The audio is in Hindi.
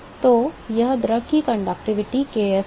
तो यह द्रव की चालकता k f है